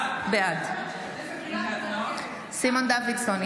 בעד סימון דוידסון,